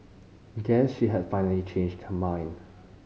guess she had finally changed her mind